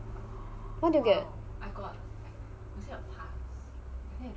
how much did you get